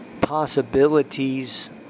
possibilities